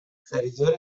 خریدار